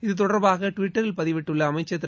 இது தொடர்பாக டுவிட்டரில் பதிவிட்டுள்ள அமச்சர் திரு